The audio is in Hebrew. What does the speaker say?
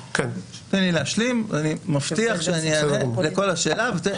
תן לי להשלים, אני מבטיח שאני אענה על כל השאלות.